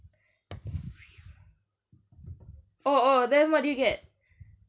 oh oh then what did you get